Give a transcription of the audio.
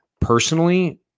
personally